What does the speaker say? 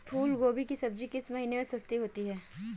फूल गोभी की सब्जी किस महीने में सस्ती होती है?